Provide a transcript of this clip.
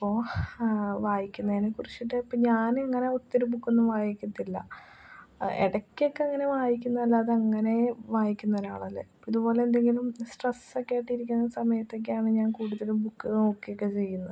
അപ്പോൾ വായിക്കുന്നതിനെക്കുറിച്ചിട്ട് ഇപ്പോൾ ഞാനിങ്ങനെ ഒത്തിരി ബുക്കൊന്നും വായിക്കത്തില്ല ഇടക്കൊക്കെ ഇങ്ങനെ വായിക്കുന്നതല്ലാതെ അങ്ങനേ വായിക്കുന്നൊരാളല്ല ഇതുപോലെന്തെങ്കിലും സ്ട്രെസ്സൊക്കെ ആയിട്ടിരിക്കുന്ന സമയത്തൊക്കെയാണ് ഞാൻ കൂടുതലും ബുക്ക് നോക്കിയൊക്കെ ചെയ്യുന്നത്